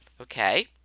Okay